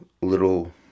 little